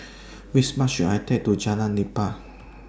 Which Bus should I Take to Jalan Nipah